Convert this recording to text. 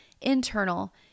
internal